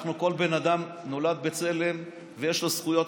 כל בן אדם נולד בצלם ויש לו זכויות.